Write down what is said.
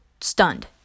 stunned